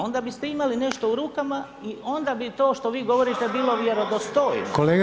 Onda biste imali nešto u rukama i onda bi to što vi govorite bilo vjerodostojno.